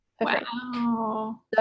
wow